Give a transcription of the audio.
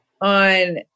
on